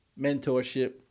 mentorship